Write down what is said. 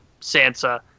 Sansa